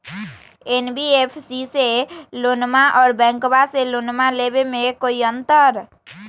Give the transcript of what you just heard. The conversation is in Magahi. एन.बी.एफ.सी से लोनमा आर बैंकबा से लोनमा ले बे में कोइ अंतर?